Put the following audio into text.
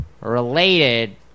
related